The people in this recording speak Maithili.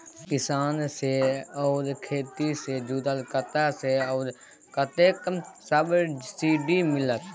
किसान से आ खेती से जुरल कतय से आ कतेक सबसिडी मिलत?